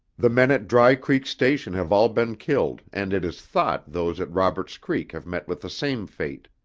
the men at dry creek station have all been killed and it is thought those at robert's creek have met with the same fate.